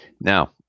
Now